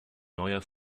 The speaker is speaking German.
neuer